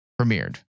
premiered